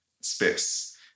space